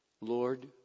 Lord